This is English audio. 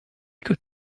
could